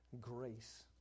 grace